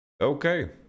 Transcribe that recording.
Okay